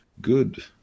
Good